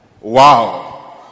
wow